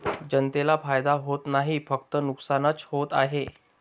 जनतेला फायदा होत नाही, फक्त नुकसानच होत आहे